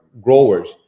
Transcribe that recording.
growers